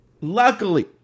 luckily